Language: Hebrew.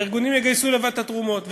והארגונים יגייסו לבד את התרומות.